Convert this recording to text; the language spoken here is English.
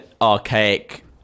archaic